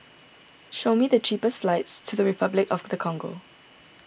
show me the cheapest flights to Repuclic of the Congo